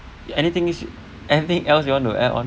anything is anything else you want to add on